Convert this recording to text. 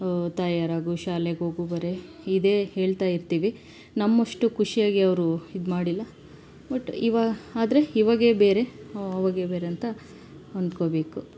ತಯಾರಿ ಆಗು ಶಾಲೆಗೆ ಹೋಗು ಬರೀ ಇದೇ ಹೇಳ್ತಾ ಇರ್ತೀವಿ ನಮ್ಮಷ್ಟು ಖುಷಿಯಾಗಿ ಅವರು ಇದು ಮಾಡಿಲ್ಲ ಬಟ್ ಇವಾಗ ಆದರೆ ಇವಾಗೇ ಬೇರೆ ಆವಾಗೇ ಬೇರೆ ಅಂತ ಅಂದ್ಕೋಬೇಕು